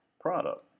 product